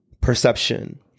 perception